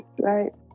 right